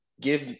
give